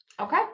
Okay